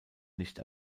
nicht